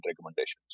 recommendations